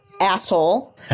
asshole